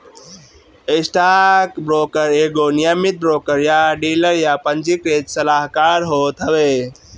stockbroker एगो नियमित broker या डीलर या पंजीकृत सलाहकार होत हवे